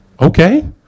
okay